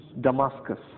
Damascus